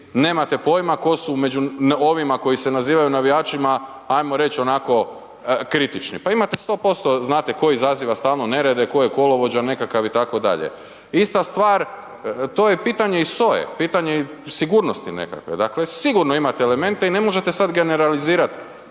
nemate pojma ko su među ovima koji se nazivaju navijačima, ajmo reć onako kritični. Pa imate 100% tko izaziva stalno nerede, ko je kolovođa nekakav itd. Ista stvar, to je pitanje i SOA-e, pitanje i sigurnosti nekakve. Dakle sigurno imate elemente i ne možete sad generalizirat